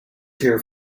here